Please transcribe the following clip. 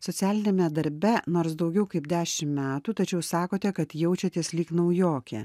socialiniame darbe nors daugiau kaip dešim metų tačiau sakote kad jaučiatės lyg naujokė